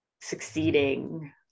succeeding